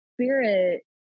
spirit